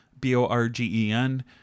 B-O-R-G-E-N